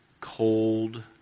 cold